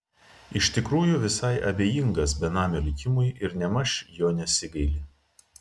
iš tikrųjų visai abejingas benamio likimui ir nėmaž jo nesigaili